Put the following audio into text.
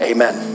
Amen